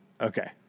Okay